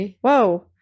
Whoa